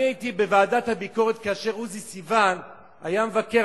אני הייתי בוועדת הביקורת כאשר עוזי סיון היה המבקר,